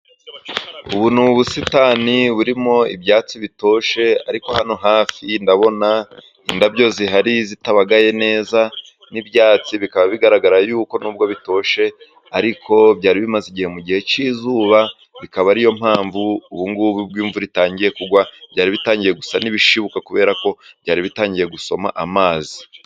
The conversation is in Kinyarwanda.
Ubu ni ubusitani burimo ibyatsi bitoshye ariko hano hafi ndabona indabyo zihari zitabagaye neza n'ibyatsi bikaba bigaragara yuko nubwo bitoshye ariko byari bimaze igihe mu gihe cyizuba bikaba ariyo mpamvu ubungubu imvura itangiye kugwa byari bitangiye gusa n'ibishikwa kubera ko byari bitangiye gusoma amazi.